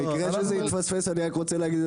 למקרה שזה יתפספס אני רוצה לומר את